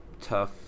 tough